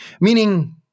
Meaning